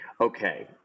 okay